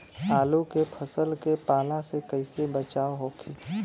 आलू के फसल के पाला से कइसे बचाव होखि?